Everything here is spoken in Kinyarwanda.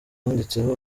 yanditseho